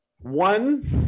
One